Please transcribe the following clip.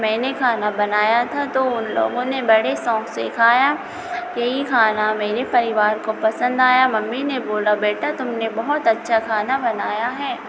मैंने खाना बनाया था तो उन लोगों ने बड़े शौक़ से खाया यही खाना मेरे परिवार को पसंद आया मम्मी ने बोला बेटा तुमने बहुत अच्छा खाना बनाया है